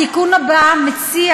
התיקון הבא מציע